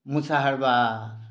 मुसहरबा